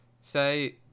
say